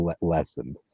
lessened